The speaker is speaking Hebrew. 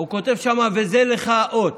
הוא כותב שם: וזה לך האות.